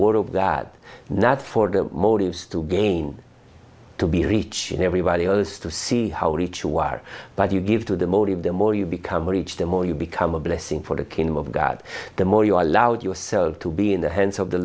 of that not for the motives to gain to be rich and everybody goes to see how rich you are but you give to the motive the more you become reach the more you become a blessing for the kingdom of god the more you allowed yourself to be in the hands of the